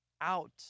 out